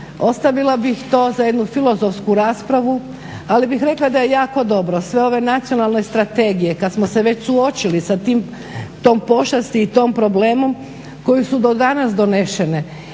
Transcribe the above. ostavila bih to za jednu filozofsku raspravu, ali bih rekla da je jako dobro sve ove nacionalne strategije kad smo se već suočili sa tim, s tom pošasti i tim problemom, koji su do danas donesene.